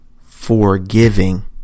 Forgiving